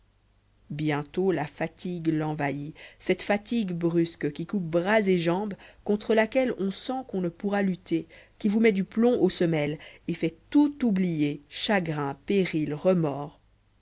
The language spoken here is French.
bientôt la fatigue l'envahit cette fatigue brusque qui coupe bras et jambes contre laquelle on sent qu'on ne pourra lutter qui vous met du plomb aux semelles et fait tout oublier chagrins périls remords